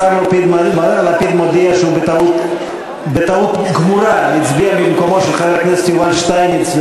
השר לפיד מודיע שבטעות גמורה הצביע במקומו של חבר הכנסת יובל שטייניץ,